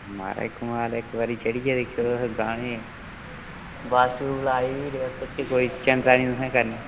महाराज कमाल ऐ इक बारी चढ़ियै दिक्खेओ तुस गाने बस गलाई ते फिरी तुसें चिंता नेईं करनी